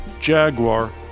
Jaguar